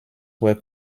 were